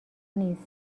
نیست